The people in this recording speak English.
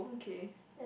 kay